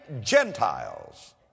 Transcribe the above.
Gentiles